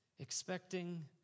Expecting